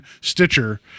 Stitcher